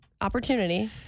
opportunity